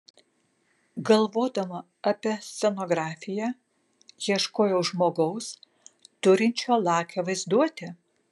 galvodama apie scenografiją ieškojau žmogaus turinčio lakią vaizduotę